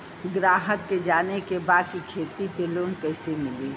ग्राहक के जाने के बा की खेती पे लोन कैसे मीली?